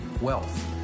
wealth